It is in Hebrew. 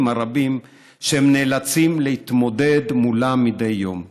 הרבים שהם נאלצים להתמודד איתם מדי יום.